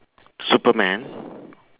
superman